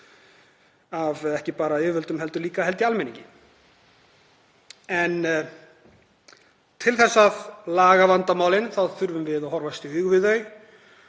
ég, ekki bara af yfirvöldum heldur líka af almenningi. En til þess að laga vandamálin þá þurfum við að horfast í augu við þau.